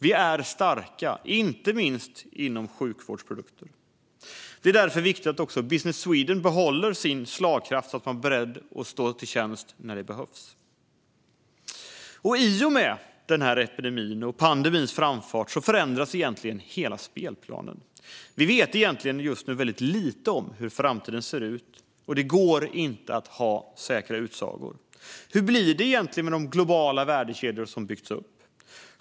Vi är starka, inte minst inom sjukvårdsprodukter. Därför är det också viktigt att Business Sweden kan behålla sin slagkraft så att man är beredd att stå till tjänst när det behövs. Herr talman! I och med den här pandemins framfart förändras egentligen hela spelplanen. Vi vet just nu väldigt lite om hur framtiden ser ut, och det går inte att komma med säkra utsagor. Hur kommer det att bli med de globala värdekedjor som har byggts upp?